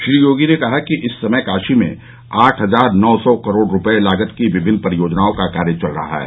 श्री योगी ने कहा है कि इस समय काशी में आठ हजार नौ सौ करोड़ रुपये लागत की विभिन्न परियोजनाओं का कार्य चल रहा है